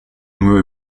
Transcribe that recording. nur